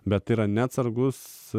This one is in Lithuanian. bet yra neatsargus